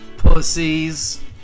Pussies